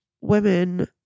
women